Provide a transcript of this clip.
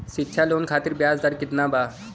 शिक्षा लोन खातिर ब्याज दर केतना बा?